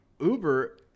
uber